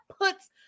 puts